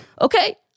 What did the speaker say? Okay